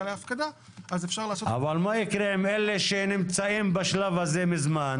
להפקדה אז אפשר לעשות --- אבל מה יקרה עם אלה שנמצאים בשלב הזה מזמן?